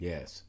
Yes